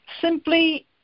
simply